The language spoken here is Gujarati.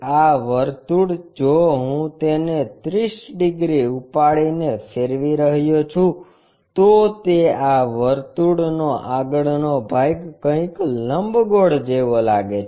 આ વર્તુળ જો હું તેને 30 ડિગ્રી ઉપાડીને ફેરવી રહ્યો છું તો આ વર્તુળ નો આગળનો ભાગ કંઈક લંબગોળ જેવો લાગે છે